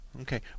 Okay